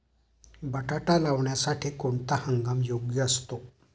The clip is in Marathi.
बटाटा लावण्यासाठी कोणता हंगाम योग्य असतो?